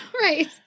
Right